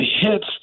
hits